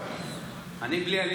(תיקון מס' 67) (הפרה מס'